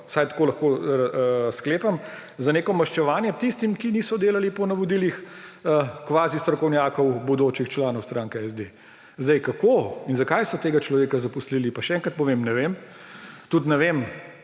vsaj tako lahko sklepam – maščevanje tistim, ki niso delali po navodilih kvazistrokovnjakov – bodočih članov stranke SD. Kako in zakaj so tega človeka zaposlili, pa še enkrat povem, ne vem. Tudi ne vem,